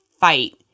fight